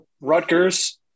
Rutgers